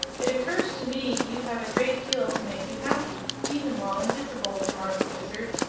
it occurs to me you have a great deal to make you happy, even while invisible, remarked the wizard.